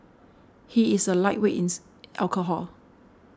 he is a lightweight ins alcohol